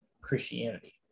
christianity